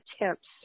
attempts